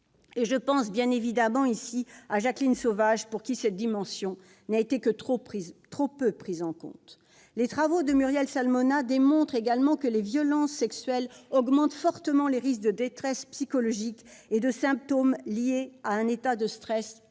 Je pense bien sûr ici au cas de Jacqueline Sauvage, dans lequel cette dimension n'a été que trop peu prise en compte. Les travaux de Muriel Salmona démontrent également que les violences sexuelles accroissent fortement les risques de détresse psychologique et d'apparition de symptômes liés à un état de stress post-traumatique.